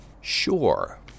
Sure